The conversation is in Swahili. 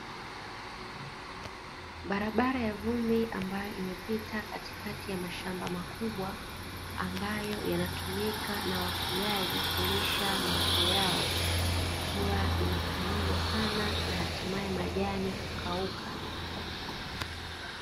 Barabara ya vumbi ambayo imepita katikati ya mashamba makubwa ambayo yanatumika na wafugaji kulisha mifugo yao ikiwa imekanyagwa sana na hatimaye majani kukauka.